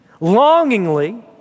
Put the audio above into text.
longingly